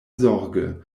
zorge